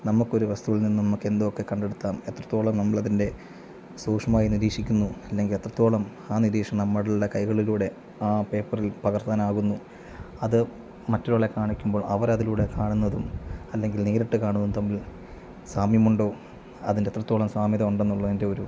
നമുക്ക് ഒരു വസ്തുവിൽ നിന്നും നമുക്ക് എന്തൊക്കെ കണ്ടെത്താം എത്രത്തോളം നമ്മൾ അതിൻ്റെ സൂക്ഷ്മമായി നിരീക്ഷിക്കുന്നു അല്ലെങ്കിൽ എത്രത്തോളം ആ നിരീക്ഷണം നമ്മുടെ കൈകളിലൂടെ ആ പേപ്പറിൽ പകർത്താനാകുന്നു അത് മറ്റൊരാളെ കാണിക്കുമ്പോൾ അവർ അതിലൂടെ കാണുന്നതും അല്ലെങ്കിൽ നേരിട്ട് കാണുന്നതും തമ്മിൽ സാമ്യമുണ്ടോ അതിന് എത്രത്തോളം സാമ്യത ഉണ്ടെന്നുള്ളതിൻ്റെ ഒരു